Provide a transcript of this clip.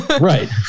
Right